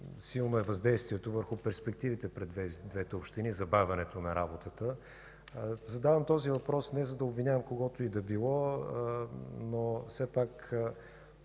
Силно е въздействието върху перспективите пред двете общини – забавянето на работата. Задавам този въпрос, не за да обвинявам когото и да било, но все пак